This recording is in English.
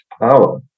power